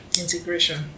integration